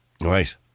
Right